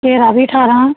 ਘੇਰਾ ਵੀ ਅਠਾਰਾਂ